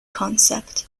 concept